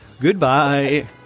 Goodbye